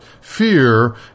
fear